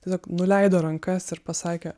tiesiog nuleido rankas ir pasakė